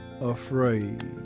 afraid